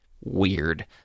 weird